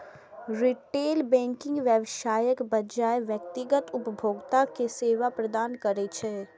retail banking व्यवसायक बजाय व्यक्तिगत उपभोक्ता कें सेवा प्रदान करै छै